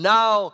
Now